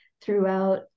throughout